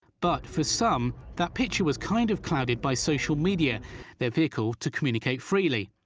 but for some that picture was kind of clouded by social media their vehicle to communicate freely.